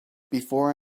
before